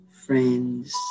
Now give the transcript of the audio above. friends